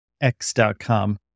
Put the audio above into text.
X.com